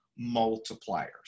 multipliers